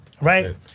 Right